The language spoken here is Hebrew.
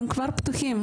הם כבר פתוחים.